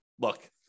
look